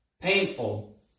painful